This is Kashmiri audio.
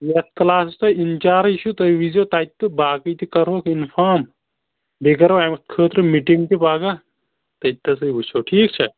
یتھ کٕلاسَس تۄہہِ اِنچارٕج چھُ تُہۍ وٕچھزیو تَتہِ تہٕ باقٕے تہِ کَرہوکھ اِنفارم بیٚیہِ کَرو خٲطرٕ مِٹِنٛگ تہِ پَگاہ تٔتۍتھَسٕے وٕچھو ٹھیٖک چھےٚ